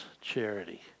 charity